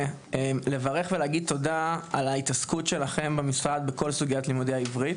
לברך ולהגיד תודה על ההתעסקות שלכם במשרד בכל סוגיית לימודי העברית.